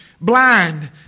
blind